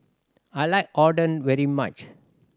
I like Oden very much